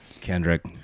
Kendrick